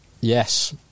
Yes